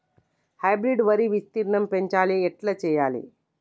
Hybrid వరి విస్తీర్ణం పెంచాలి ఎట్ల చెయ్యాలి?